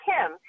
Kim